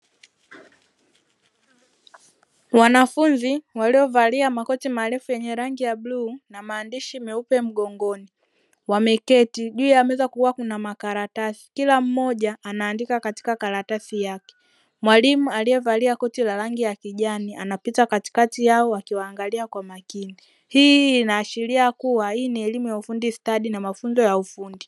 Wanafunzi waliovalia magoti maarufu yenye rangi ya bluu na maandishi meupe mgongoni, wameketi juu ya meza kukiwa kuna makaratasi kila mmoja anaandika katika karatasi yake, mwalimu aliyevalia koti la rangi ya kijani anapita katikati yao akiwaangalia kwa makini, hii inaashiria kuwa hii ni elimu ya ufundi stadi na mafunzo ya ufundi.